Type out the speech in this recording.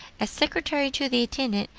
as secretary to the intendant,